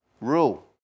rule